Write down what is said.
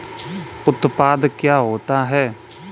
उत्पाद क्या होता है?